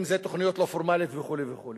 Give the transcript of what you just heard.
אם זה תוכניות לא פורמליות וכו' וכו'.